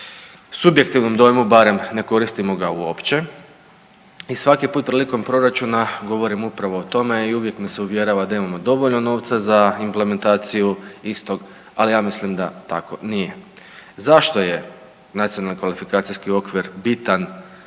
subjektivnom dojmu barem ne koristimo ga uopće i svaki put prilikom proračuna govorim upravo o tome i uvijek me se uvjerava da imamo dovoljno novca za implementaciju istog, ali ja mislim da tako nije. Zašto je NKO bitan i za